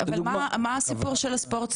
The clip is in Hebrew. אבל מה הסיפור של הספורט?